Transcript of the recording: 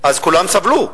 כולם סבלו,